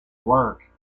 work